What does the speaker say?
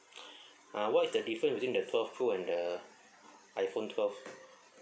uh what is the difference between the twelve pro and the iphone twelve